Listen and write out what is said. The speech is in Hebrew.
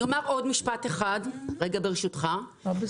אני אומר עוד משפט אחד, ברשותך -- בסדר.